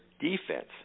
defense